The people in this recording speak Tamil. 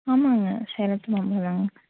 ஆமாங்க சேலத்து மாம்பழம் தாங்க